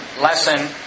lesson